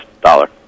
dollar